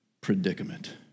predicament